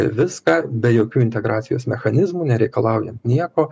viską be jokių integracijos mechanizmų nereikalaujant nieko